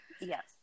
Yes